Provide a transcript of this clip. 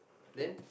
then